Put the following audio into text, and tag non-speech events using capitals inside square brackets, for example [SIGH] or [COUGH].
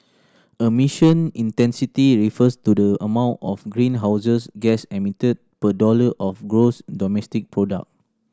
[UNINTELLIGIBLE] intensity refers to the amount of greenhouses gas emitted per dollar of gross domestic product